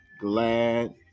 glad